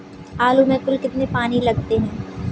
आलू में कुल कितने पानी लगते हैं?